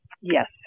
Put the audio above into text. Yes